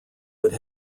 would